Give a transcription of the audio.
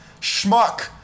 Schmuck